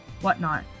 whatnot